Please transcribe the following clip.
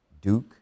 Duke